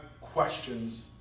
questions